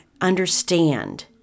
understand